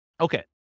Okay